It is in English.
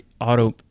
auto